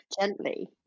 gently